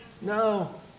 No